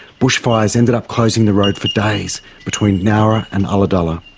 bushfires ended up closing the road for days between nowra and ulladulla.